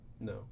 No